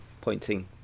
pointing